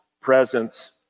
presence